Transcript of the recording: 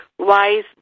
wise